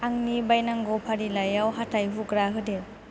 आंनि बायनांगौ फारिलाइयाव हाथाय हुग्रा होदेर